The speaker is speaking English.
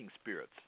spirits